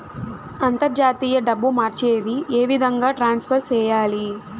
అంతర్జాతీయ డబ్బు మార్చేది? ఏ విధంగా ట్రాన్స్ఫర్ సేయాలి?